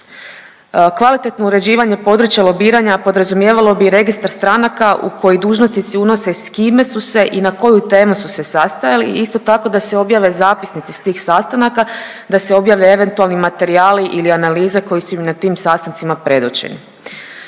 Kvalitetno uređivanje područja lobiranja podrazumijevalo bi i registar stanaka u koji dužnosnici unose s kime su se i na koju temu su se sastajali i isto tako da se objave zapisnici s tih sastanaka, da se objave eventualni materijali ili analize koji su im na tim sastancima predočeni.